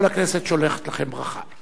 כל הכנסת שולחת לכם ברכה.